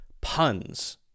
puns